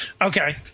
Okay